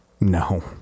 No